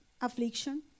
affliction